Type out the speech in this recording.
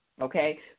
okay